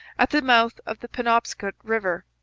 at the mouth of the penobscot river,